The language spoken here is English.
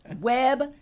Web